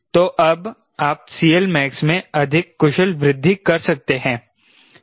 तो अब आप CLmax में अधिक कुशल वृद्धि कर सकते हैं